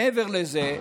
מעבר לזה,